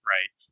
Right